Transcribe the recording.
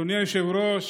אדוני היושב-ראש,